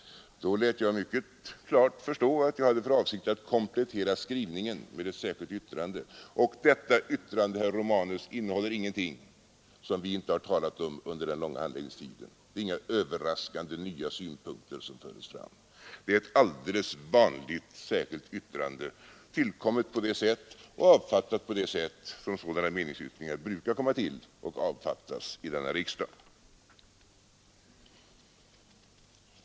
Då lät jag mycket klart förstå att jag hade för avsikt att komplettera skrivningen med ett särskilt yttrande. Och detta yttrande, herr Romanus, innehåller ingenting som vi inte har talat om under den långa handläggningstiden. Det är inga överraskande, nya synpunkter som förts fram. Det är ett alldeles vanligt särskilt yttrande, tillkommet och avfattat på det sätt som sådana meningsyttringar brukar komma till och avfattas på i denna riksdag.